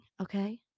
okay